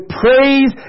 praise